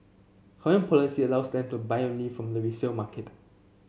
current policy allows them to buy only from the resale market